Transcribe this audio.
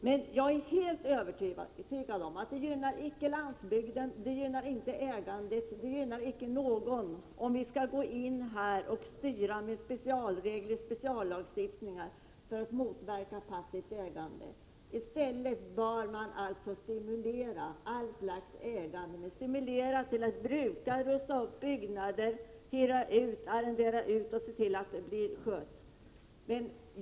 Men jag är helt övertygad om att det icke gynnar landsbygden, att det icke gynnar ägandet, ja, att det icke gynnar någon om vi går in och styr med specialregler och speciallagstiftning för att motverka passivt ägande. I stället bör vi stimulera allt slags ägande, stimulera till att bruka, stimulera till att rusta upp byggnader, stimulera till att hyra ut, arrendera ut och se till att fastigheten sköts.